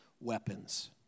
weapons